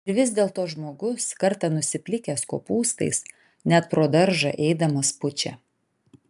ir vis dėlto žmogus kartą nusiplikęs kopūstais net pro daržą eidamas pučia